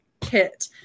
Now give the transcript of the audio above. kit